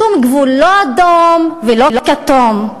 שום גבול, לא אדום ולא כתום.